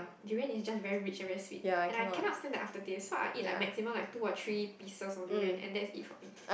durian is just very rich and very sweet and I cannot stand the aftertaste so I eat like maximum like two or three pieces of durian and that's it for me